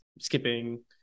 skipping